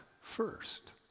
first